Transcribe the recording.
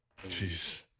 Jeez